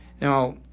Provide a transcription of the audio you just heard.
Now